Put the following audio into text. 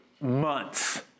months